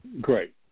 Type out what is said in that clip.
Great